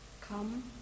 Come